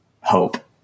hope